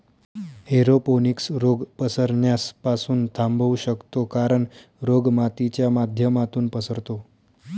aeroponics रोग पसरण्यास पासून थांबवू शकतो कारण, रोग मातीच्या माध्यमातून पसरतो